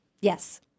yes